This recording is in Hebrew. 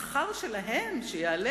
וכושר השתכרות השכר שלהם יעלה